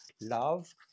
love